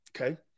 Okay